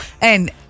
And-